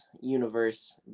universe